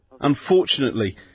Unfortunately